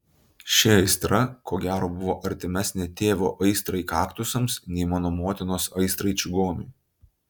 ši aistra ko gero buvo artimesnė tėvo aistrai kaktusams nei mano motinos aistrai čigonui